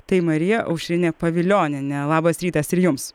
tai marija aušrinė pavilionienė labas rytas ir jums